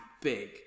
big